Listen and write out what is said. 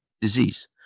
Disease